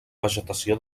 vegetació